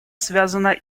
связана